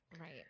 right